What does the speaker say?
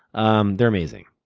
um they're amazing.